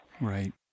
Right